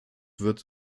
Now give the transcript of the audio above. wird